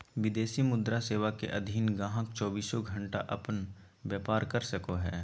विदेशी मुद्रा सेवा के अधीन गाहक़ चौबीसों घण्टा अपन व्यापार कर सको हय